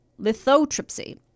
Lithotripsy